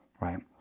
right